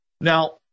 Now